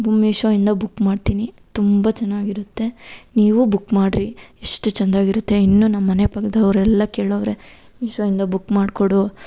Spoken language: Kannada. ಬ್ ಮೀಶೋಯಿಂದ ಬುಕ್ ಮಾಡ್ತೀನಿ ತುಂಬ ಚೆನ್ನಾಗಿರುತ್ತೆ ನೀವೂ ಬುಕ್ ಮಾಡಿರಿ ಎಷ್ಟು ಚಂದಾಗಿರುತ್ತೆ ಇನ್ನೂ ನಮ್ಮ ಮನೆ ಪಕ್ಕದವ್ರು ಎಲ್ಲ ಕೇಳವ್ರೆ ಮೀಶೋಯಿಂದ ಬುಕ್ ಮಾಡಿಕೊಡು